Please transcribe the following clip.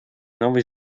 новой